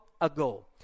ago